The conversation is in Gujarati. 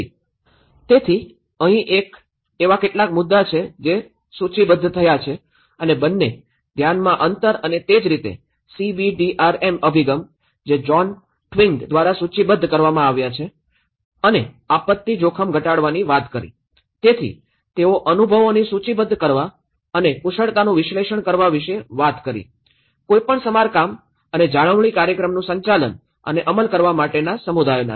તેથી અહીં એક એવા કેટલાક મુદ્દા છે જે સૂચિબદ્ધ થયા છે અને બંને ધ્યાનમાંના અંતર અને તે જ રીતે CBDRM સીબીડીઆરએમ અભિગમ જે જોન ટ્વિગ દ્વારા સૂચિબદ્ધ કરવામાં આવ્યા હતા અને આપત્તિ જોખમ ઘટાડવાની વાત કરી તેથી તેઓ અનુભવોની સૂચિબદ્ધ કરવા અને કુશળતાનું વિશ્લેષણ કરવા વિશે વાત કરી કોઈપણ સમારકામ અને જાળવણી કાર્યક્રમનું સંચાલન અને અમલ કરવા માટેના સમુદાયના છે